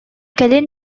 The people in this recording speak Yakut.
кэлин